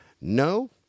No